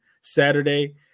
Saturday